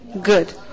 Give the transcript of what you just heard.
Good